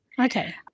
Okay